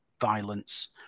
violence